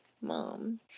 mom